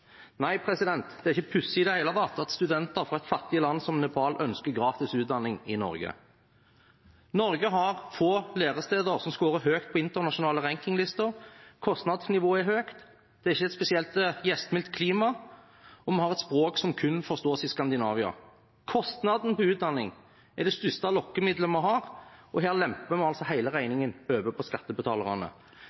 Nei, det er ikke pussig i det hele tatt at studenter fra et fattig land som Nepal ønsker gratis utdanning i Norge. Norge har få læresteder som skårer høyt på internasjonale rankinglister. Kostnadsnivået er høyt. Det er ikke et spesielt gjestmildt klima, og vi har et språk som kun forstås i Skandinavia. Kostnaden på utdanning er det største lokkemiddelet vi har, og her lemper vi altså hele regningen over på skattebetalerne.